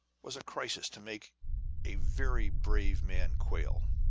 was a crisis to make a very brave man quail.